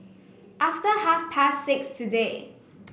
after half past six today